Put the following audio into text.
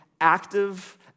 active